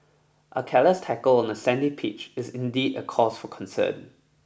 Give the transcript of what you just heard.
a careless tackle on a sandy pitch is indeed a cause for concern